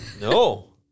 No